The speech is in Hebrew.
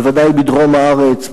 בוודאי בדרום הארץ,